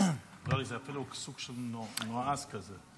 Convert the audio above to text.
נראה לי שזה אפילו סוג של נועז כזה.